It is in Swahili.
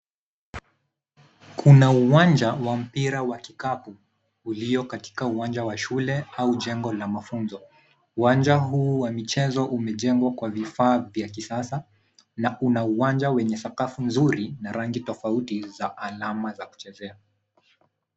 Kuna uwanja wa mpira wa kikapu ulio katika uwanja wa shule au jengo la mafunzo. Uwanja huu wa michezo umejengwa kwa vifaa vya kisasa na una uwanja wenye sakafu nzuri na rangi tofuati za alama za kuchezea.